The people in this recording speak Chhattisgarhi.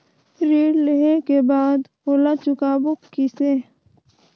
ऋण लेहें के बाद ओला चुकाबो किसे?